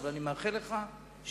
אבל אני מאחל לך שתמשיך.